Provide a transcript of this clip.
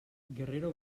guerrero